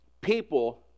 people